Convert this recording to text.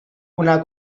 una